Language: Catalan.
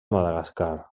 madagascar